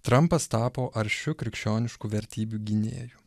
trampas tapo aršiu krikščioniškų vertybių gynėju